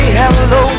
hello